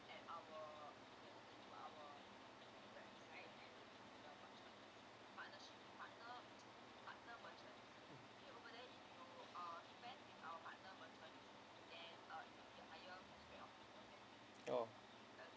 oh